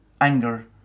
anger